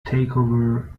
takeover